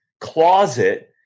closet